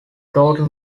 total